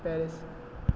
Paris